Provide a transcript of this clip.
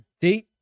See